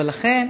ולכן,